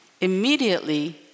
Immediately